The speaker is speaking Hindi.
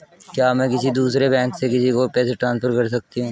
क्या मैं किसी दूसरे बैंक से किसी को पैसे ट्रांसफर कर सकती हूँ?